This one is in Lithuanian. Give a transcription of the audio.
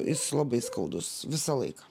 jis labai skaudus visą laiką